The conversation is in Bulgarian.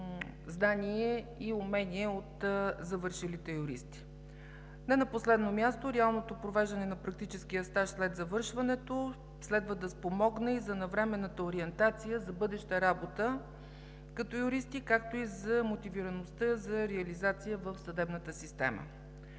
знание и умение от завършилите юристи. Не на последно място, реалното провеждане на практическия стаж след завършването следва да спомогне и за навременната ориентация за бъдеща работа като юристи, както и за мотивираността за реализация в съдебната система.